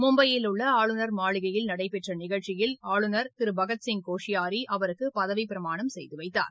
மும்பையில் உள்ள ஆளுநர் மாளிகையில் நடைபெற்ற நிகழ்ச்சியில் ஆளுநர் திரு பகத்சிங் கோஷியாரி அவருக்கு பதவிப்பிரமாணம் செய்து வைத்தார்